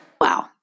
Wow